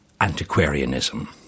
antiquarianism